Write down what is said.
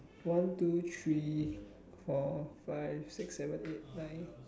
one two three four five six seven eight nine